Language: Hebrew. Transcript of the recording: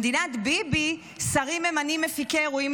במדינת ביבי שרים ממנים מפיקי אירועים